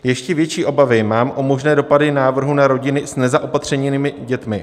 Ještě větší obavy mám o možné dopady návrhu na rodiny s nezaopatřenými dětmi.